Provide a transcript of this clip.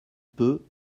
peu